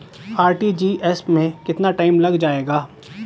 RTGS में कितना time लग जाएगा?